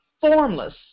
formless